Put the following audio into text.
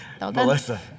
Melissa